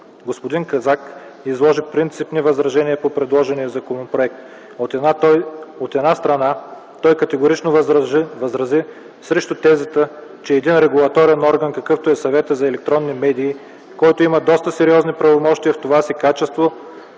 Господин Казак изложи принципни възражения по предложения законопроект. От една страна, той категорично възрази срещу тезата, че един регулаторен орган, какъвто е Съветът за електронни медии, който има доста сериозни правомощия в това си качество